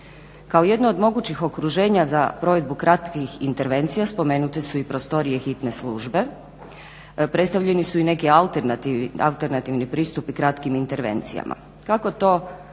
Kao jedno od mogućih okruženja za provedbu kratkih intervencija spomenute su i prostorije hitne službe, predstavljeni su i neki alternativni pristupi kratkim intervencijama. Kako to rješava